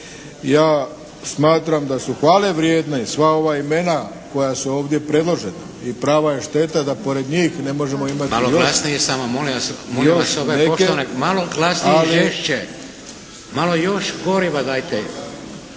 Ja smatram da su hvale vrijedne sva ova imena koja su ovdje predložena i prava je šteta da pored njih ne možemo imati… **Šeks, Vladimir (HDZ)** Malo glasnije